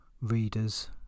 readers